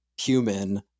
human